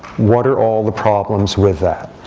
what are all the problems with that?